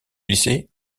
lycée